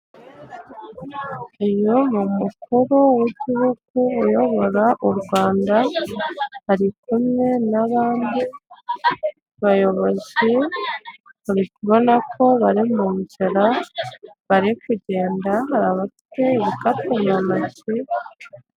Uyu ni mukuru w'igihugu uyobora u Rwanda ari kumwe n'bandi bayobozi urikubona ko bari mu nzira bari kugenda hari abafite bukapu mu ntoki.